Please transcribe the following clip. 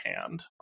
hand